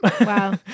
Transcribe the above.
Wow